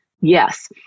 Yes